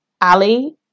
Ali